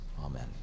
Amen